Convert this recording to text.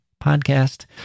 podcast